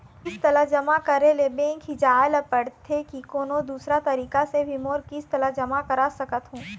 किस्त ला जमा करे ले बैंक ही जाए ला पड़ते कि कोन्हो दूसरा तरीका से भी मोर किस्त ला जमा करा सकत हो?